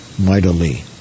mightily